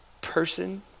person